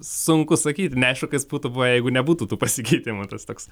sunku sakyt neaišku kas būtų jeigu nebūtų tų pasikeitimų tas toks